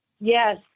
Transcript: Yes